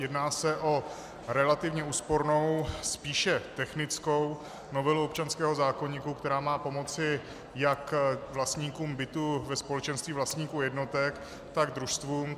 Jedná se o relativně úspornou, spíše technickou novelu občanského zákoníku, která má pomoci jak vlastníkům bytů ve společenství vlastníků jednotek, tak družstvům.